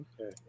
Okay